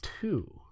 two